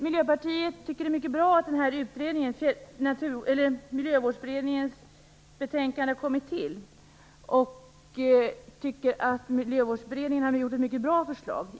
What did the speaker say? Miljöpartiet tycker att det är mycket bra att Miljövårdsberedningens betänkande har kommit till. Vi tycker att Miljövårdsberedningen har kommit med ett mycket bra förslag.